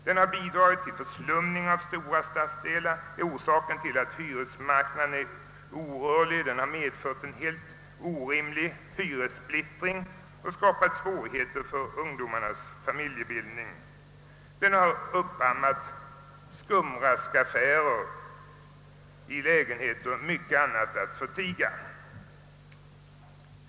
Den har bidragit till förslumning av stora stadsdelar, är orsaken till att hyresmarknaden är orörlig, den har medfört en helt orimlig hyressplittring och skapat svårigheter för ungdomarnas familjebildning. Den har uppammat skumraskaffärer i lägenheter, mycket annat att förtiga.